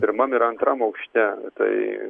pirmam ir antram aukšte tai